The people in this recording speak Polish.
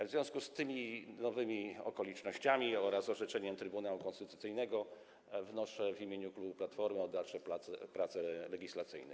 W związku z tymi nowymi okolicznościami oraz orzeczeniem Trybunału Konstytucyjnego wnoszę w imieniu klubu Platformy o dalsze prace legislacyjne.